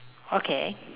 okay